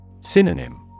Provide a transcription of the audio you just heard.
Synonym